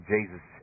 Jesus